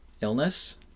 illness